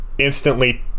instantly